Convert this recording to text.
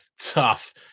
Tough